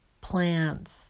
plants